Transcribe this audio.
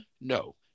No